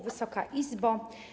Wysoka Izbo!